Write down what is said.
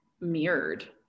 mirrored